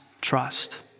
trust